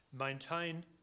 maintain